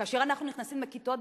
כאשר אנחנו נכנסים לכיתות,